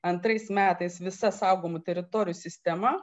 antrais metais visa saugomų teritorijų sistema